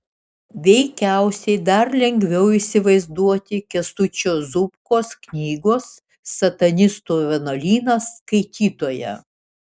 veikiausiai dar lengviau įsivaizduoti kęstučio zubkos knygos satanistų vienuolynas skaitytoją